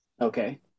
Okay